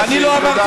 תודה.